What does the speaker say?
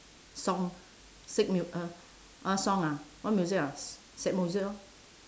song sick mu~ uh what song ah what music ah sad music lor